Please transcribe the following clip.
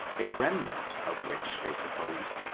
a remnant of which they suppose,